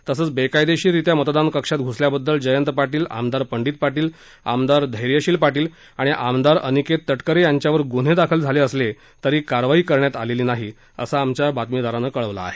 तसच बेकायदेशीररित्या मतदान कक्षात घ्सल्याबद्दल जयंत पाटील आमदार पंडित पाटील आमदार धैर्यशील पाटील आणि आमदार अनिकेत तटकरे यांच्यावर गुन्हे दाखल झाले असले तरी कारवाई करण्यात आलेली नाही असं आमच्या बातमीदारानं कळवलं आहे